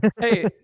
Hey